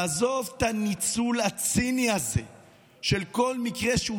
לעזוב את הניצול הציני הזה שלא כל מקרה,